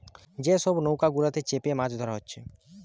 যে সব নৌকা গুলাতে চেপে মাছ ধোরা হচ্ছে